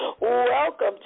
Welcome